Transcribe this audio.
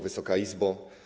Wysoka Izbo!